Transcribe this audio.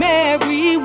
Mary